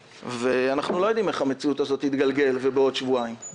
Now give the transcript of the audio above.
ואנחנו לא יודעים איך המציאות הזאת תגלגל בעוד שבועיים.